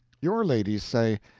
your ladies say,